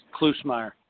Klusmeyer